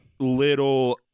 Little